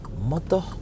Mother